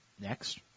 Next